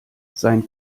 sein